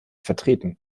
vertreten